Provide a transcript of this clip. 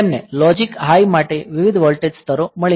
તેમને logic high માટે વિવિધ વોલ્ટેજ સ્તરો મળ્યા છે